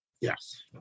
Yes